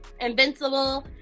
invincible